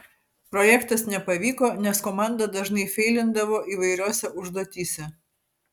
projektas nepavyko nes komanda dažnai feilindavo įvairiose užduotyse